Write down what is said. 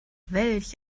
welch